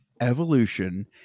evolution